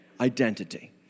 identity